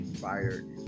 fired